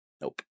Nope